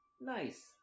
nice